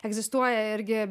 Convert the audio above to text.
egzistuoja irgi